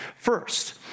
first